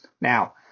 Now